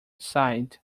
sighed